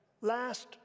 last